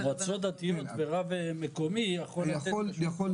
מועצות דתיים, או רב מקומי יכול --- נכון.